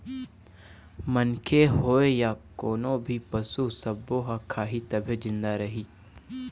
मनखे होए य कोनो भी पसू सब्बो ह खाही तभे जिंदा रइही